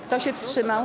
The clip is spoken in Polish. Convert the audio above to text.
Kto się wstrzymał?